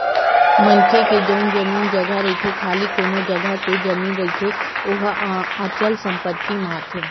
मनखे के जउन जमीन जघा रहिथे खाली कोनो जघा के जमीन रहिथे ओहा अचल संपत्ति म आथे